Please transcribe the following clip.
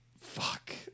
Fuck